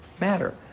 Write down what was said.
matter